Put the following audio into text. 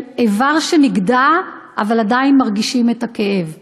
איבר שנגדע אבל עדיין מרגישים את הכאב.